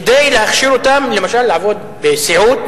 כדי להכשיר אותם למשל לעבוד בסיעוד,